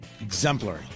exemplary